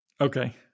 Okay